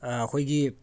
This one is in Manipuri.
ꯑꯩꯈꯣꯏꯒꯤ